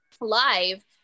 live